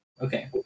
okay